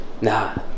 Nah